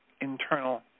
internal